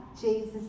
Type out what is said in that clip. Jesus